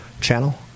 channel